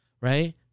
Right